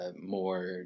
more